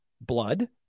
blood